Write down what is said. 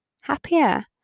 happier